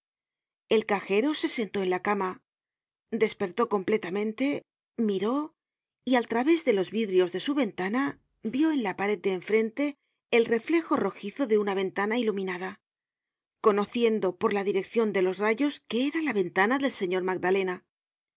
el cajero se sentó en la cama despertó completamente miró y al través de los vidrios de su ventana vió en la pared de enfrente el reflejo rojizo de una ventana iluminada conociendo por la direccion de los rayos que era la ventana del señor magdalena